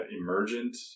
emergent